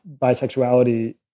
bisexuality